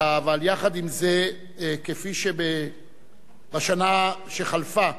אבל, יחד עם זה, בשנה שחלפה,